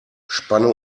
spanne